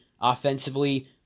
offensively